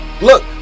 Look